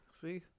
See